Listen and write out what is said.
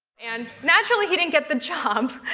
and naturally he didn't get the job. i